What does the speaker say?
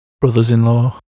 Brothers-in-law